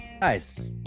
Nice